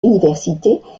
universités